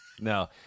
No